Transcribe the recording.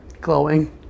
Glowing